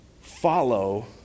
follow